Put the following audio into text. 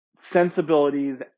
sensibilities